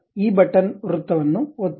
ಈ ಬಟನ್ ವೃತ್ತವನ್ನು ಒತ್ತಿ